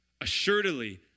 assuredly